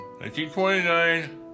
1929